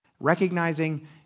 Recognizing